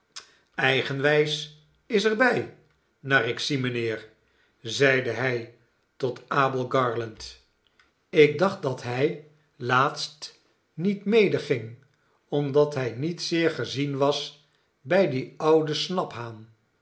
s is er bij naar ik'zie mijnheer zeide hij tot abel garland ik dacht dat hij laatst niet medeging omdat hij niet zeer gezien was bij dien ouden snaphaan